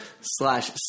slash